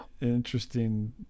interesting